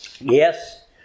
Yes